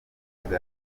nziza